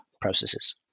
processes